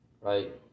Right